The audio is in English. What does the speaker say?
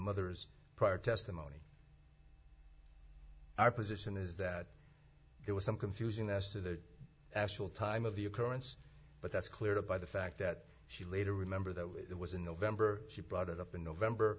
mother's prior testimony our position is that there was some confusion as to the actual time of the occurrence but that's cleared up by the fact that she later remember that it was in november she brought it up in november